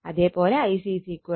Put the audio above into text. അതേ പോലെ Ic 6